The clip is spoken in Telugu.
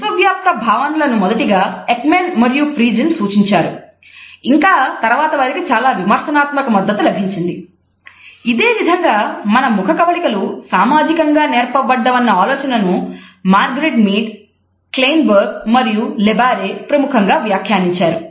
విశ్వవ్యాప్త భావనలను మొదటిగా ఎక్మాన్ ప్రముఖంగా వ్యాఖ్యానించారు